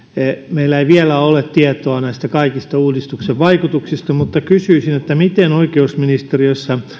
meillä ei vielä ole tietoa näistä kaikista uudistuksen vaikutuksista mutta kysyisin miten oikeusministeriössä